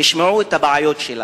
תשמעו את הבעיות שלנו.